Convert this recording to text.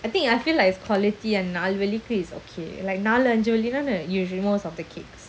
I think I feel like it's quality and நால்வழி:nalvazhi is okay like நாலஞ்சுவழிதானே:nalanju vazhithane usually most of the cakes